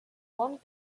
one